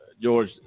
George